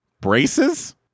braces